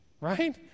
Right